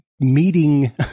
meeting